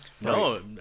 No